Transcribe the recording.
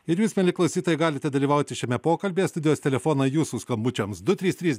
ir jūs mieli klausytojai galite dalyvauti šiame pokalbyje studijos telefoną jūsų skambučiams du trys trys